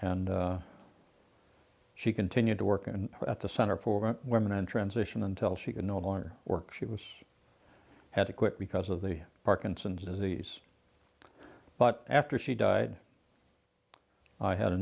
and she continued to work at the center for women in transition until she could no longer work she was had to quit because of the parkinson's disease but after she died i had a